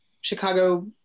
Chicago